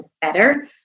better